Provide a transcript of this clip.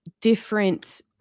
different